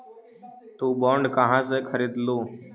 तु बॉन्ड कहा से खरीदलू?